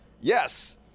yes